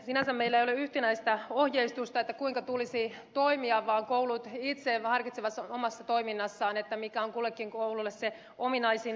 sinänsä meillä ei ole yhtenäistä ohjeistusta kuinka tulisi toimia vaan koulut itse harkitsevat omassa toiminnassaan mikä on kullekin koululle se ominaisin tapa